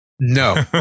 no